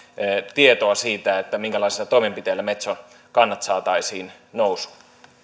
tietoa siitä minkälaisilla toimenpiteillä metson kannat saataisiin nousuun